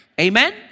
Amen